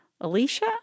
Alicia